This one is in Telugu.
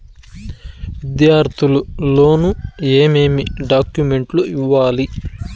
విద్యార్థులు లోను ఏమేమి డాక్యుమెంట్లు ఇవ్వాలి?